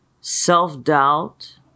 self-doubt